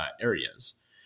areas